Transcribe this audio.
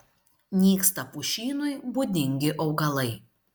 nyksta pušynui būdingi augalai